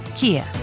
Kia